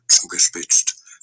zugespitzt